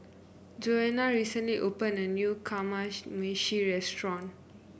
Joana recently opened a new Kamameshi Restaurant